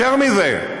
יותר מזה,